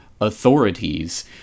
authorities